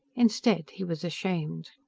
instead, he was ashamed.